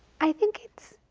i think it's,